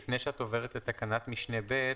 לפני שאת עוברת לתקנת משנה (ב),